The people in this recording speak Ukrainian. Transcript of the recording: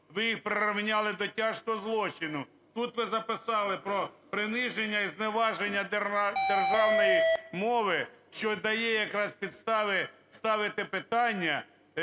Ви їх прирівняли до тяжкого злочину. Тут ви записали про приниження і зневаження державної мови, що дає якраз підстави ставити питання: